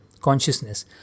consciousness